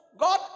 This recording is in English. God